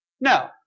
No